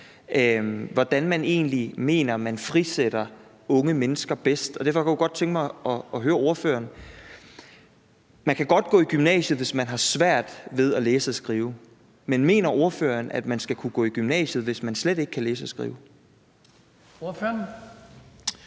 hvordan man egentlig mener man frisætter unge mennesker bedst. Derfor kunne jeg godt tænke mig at høre ordføreren: Man kan godt gå i gymnasiet, hvis man har svært ved at læse og skrive, men mener ordføreren, at man skal kunne gå i gymnasiet, hvis man slet ikke kan læse og skrive? Kl.